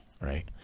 Right